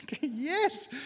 Yes